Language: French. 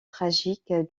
tragique